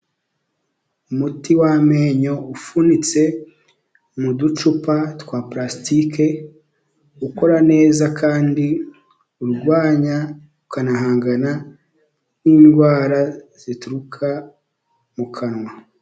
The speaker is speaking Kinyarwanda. Umuti w'amenyo ufunitse mu ducupa twa purasitike, ukora neza kandi urwanya ukanahangana n'indwara zituruka mu kanwa.